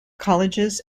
colleges